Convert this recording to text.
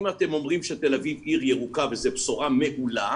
אם אתם אומרים שתל אביב עיר ירוקה וזו בשורה מעולה,